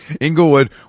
Inglewood